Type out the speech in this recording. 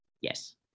yes